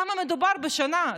בכמה מדובר בשנה?